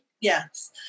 Yes